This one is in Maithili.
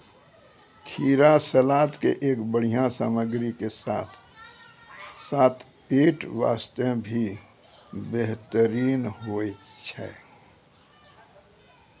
खीरा सलाद के एक बढ़िया सामग्री के साथॅ साथॅ पेट बास्तॅ भी बेहतरीन होय छै